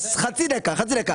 חצי דקה.